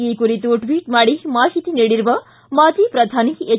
ಈ ಕುರಿತು ಟ್ಟಟ್ ಮಾಡಿ ಮಾಹಿತಿ ನೀಡಿರುವ ಮಾಜಿ ಪ್ರಧಾನಿ ಎಚ್